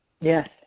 Yes